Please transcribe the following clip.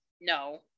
No